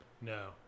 No